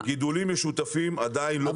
גידולים משותפים עדיין לא קיבלו.